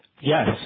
Yes